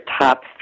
top